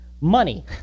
money